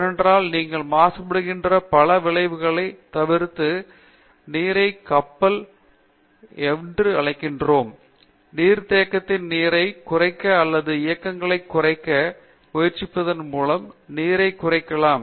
ஏனென்றால் நீங்கள் மாசுபடுகின்ற பல விளைவுகளைத் தவிர்த்து நீரைக் கப்பல் என்று அழைக்கிறோம் நீர்த்தேக்கத்தின் நீரைக் குறைக்க அல்லது இயக்கங்களைக் குறைக்க முயற்சிப்பதன் மூலம் நீரைக் குறைக்கலாம்